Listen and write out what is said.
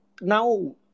Now